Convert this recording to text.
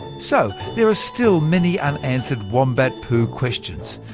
so, there are still many unanswered wombat poo questions.